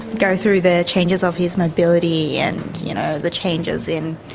go through the changes of his mobility and you know the changes in